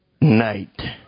night